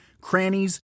crannies